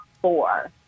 four